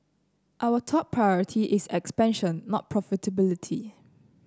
our top priority is expansion not profitability